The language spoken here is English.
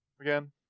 Again